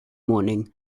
mornings